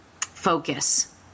focus